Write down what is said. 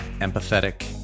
empathetic